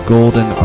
Golden